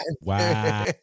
Wow